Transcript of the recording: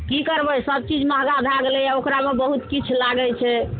की करबय सब चीज मँहगा भए गेलैये ओकरामे बहुत किछु लागय छै